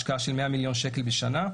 השקעה של 100 מיליון שקל בשנה.